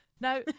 Now